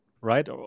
right